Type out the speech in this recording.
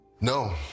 No